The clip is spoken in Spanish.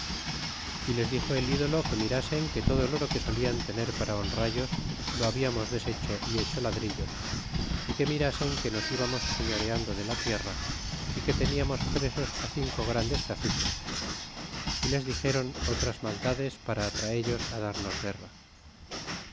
y les dixo el ídolo que mirasen que todo el oro que solían tener para honrallos lo hablamos deshecho y hecho ladrillos é que mirasen que nos íbamos señoreando de la tierra y que teniamos presos á cinco grandes caciques y les dixéron otras maldades para atraellos á darnos guerra